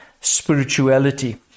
spirituality